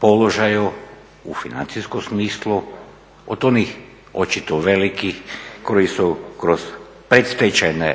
položaju u financijskom smislu od onih očito velikih koji su kroz predstečajne